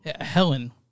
Helen